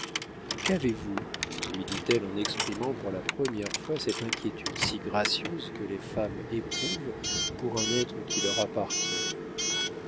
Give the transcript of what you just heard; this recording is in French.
qu'avez-vous lui dit-elle en exprimant pour la première fois cette inquiétude si gracieuse que les femmes éprouvent pour un être qui leur appartient